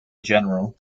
general